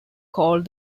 called